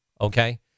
Okay